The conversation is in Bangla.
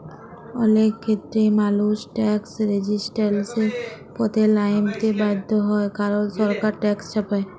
অলেক খ্যেত্রেই মালুস ট্যাকস রেজিসট্যালসের পথে লাইমতে বাধ্য হ্যয় কারল সরকার ট্যাকস চাপায়